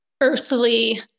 earthly